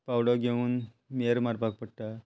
फावडो घेवन मेर मारपाक पडटा